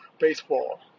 baseball